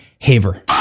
Haver